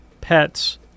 pets